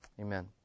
Amen